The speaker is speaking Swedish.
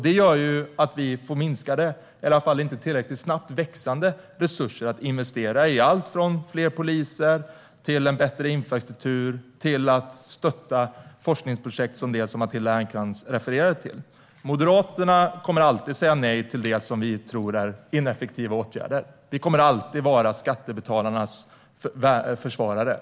Det gör att vi får minskade, eller i alla fall inte tillräckligt snabbt växande, resurser att investera i allt från fler poliser till bättre infrastruktur och stöd till forskningsprojekt som det Matilda Ernkrans refererade till. Moderaterna kommer alltid att säga nej till det vi tror är ineffektiva åtgärder. Vi kommer alltid att vara skattebetalarnas försvarare.